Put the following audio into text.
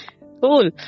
Cool